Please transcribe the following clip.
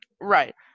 Right